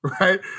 right